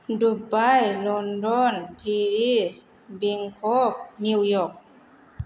Dubai London Paris Bangkok New York